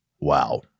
wow